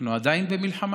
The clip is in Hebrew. אנחנו עדיין במלחמה,